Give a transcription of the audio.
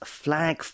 flag